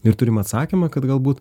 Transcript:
ir turim atsakymą kad galbūt